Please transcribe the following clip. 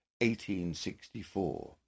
1864